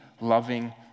Loving